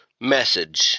message